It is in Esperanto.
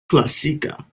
klasika